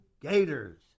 Gators